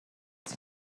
sie